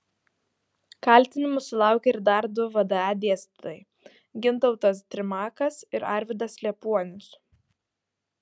kaltinimų sulaukė ir dar du vda dėstytojai gintautas trimakas ir arvydas liepuonius